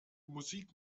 musik